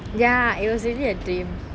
ya it was really a dream